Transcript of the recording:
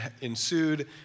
ensued